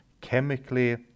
chemically